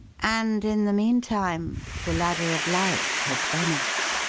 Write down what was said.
and in the meantime, the ladder of light had vanished?